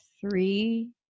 three